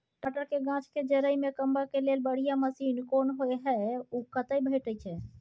टमाटर के गाछ के जईर में कमबा के लेल बढ़िया मसीन कोन होय है उ कतय भेटय छै?